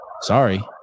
Sorry